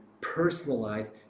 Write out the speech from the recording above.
personalized